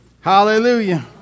Hallelujah